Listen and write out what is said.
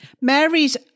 Mary's